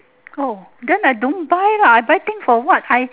oh then I don't buy lah I buy thing for what I